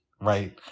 right